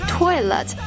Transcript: Toilet